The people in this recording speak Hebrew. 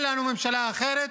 אין לנו ממשלה אחרת